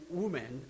woman